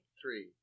three